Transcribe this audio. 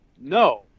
no